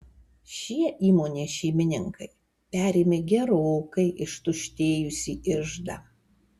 šie įmonės šeimininkai perėmė gerokai ištuštėjusį iždą